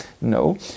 No